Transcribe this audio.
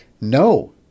No